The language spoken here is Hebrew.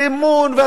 ואל הציבור הערבי,